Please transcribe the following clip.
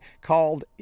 called